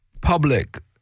Public